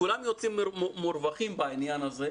כולם יוצאים מורווחים בעניין הזה,